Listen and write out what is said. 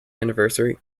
anniversary